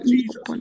Jesus